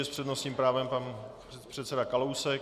S přednostním právem pan předseda Kalousek.